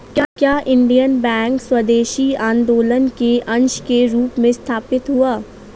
क्या Indian Bank स्वदेशी आंदोलन के अंश के रूप में स्थापित हुआ?